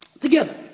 together